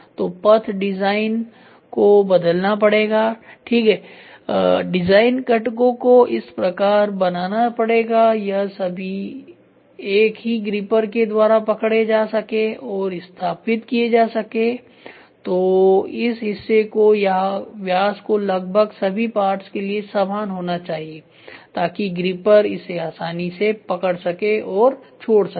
तो पथ डिजाइन को बदलना पड़ेगा ठीक है डिजाइन घटकों को इस प्रकार बनाना पड़ेगा यह सभी एक ही ग्रिपर के द्वारा पकड़े जा सके और स्थापित किया जा सके तो इस हिस्से को या व्यास को लगभग सभी पार्ट्स के लिए समान होना चाहिए ताकि ग्रिपर इसेआसानी से पकड़ सके और छोड़ सके